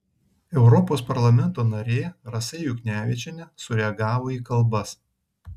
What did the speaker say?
europos parlamento narė rasa juknevičienė sureagavo į kalbas